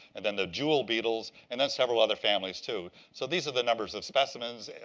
and then the jewel beetles, and then several other families too. so these are the numbers of specimens.